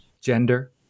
Gender